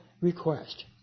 request